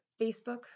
Facebook